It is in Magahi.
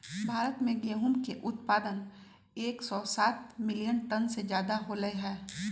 भारत में गेहूं के उत्पादन एकसौ सात मिलियन टन से ज्यादा होलय है